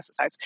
pesticides